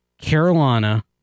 Carolina